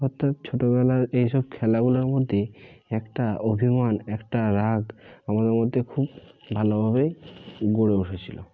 অর্থাৎ ছোটোবেলার এই সব খেলাগুলোর মধ্যে একটা অভিমান একটা রাগ আমার মধ্যে খুব ভালোভাবেই গড়ে উঠেছিল